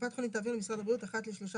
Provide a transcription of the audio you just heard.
קופת חולים תעביר למשרד הבריאות אחת לשלושה